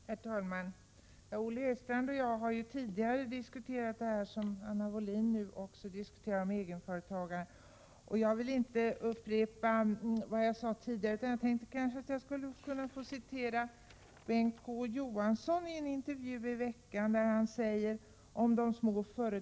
Herr talman! Olle Östrand och jag har tidigare diskuterat det som Anna Wohlin-Andersson nu tar upp om persontransportstöd till egenföretagare. Jag vill inte upprepa vad jag har sagt tidigare. Jag vill i stället citera vad Bengt K Å Johansson har sagt i en tidningsartikel som publicerades den 15 mars.